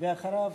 ואחריו,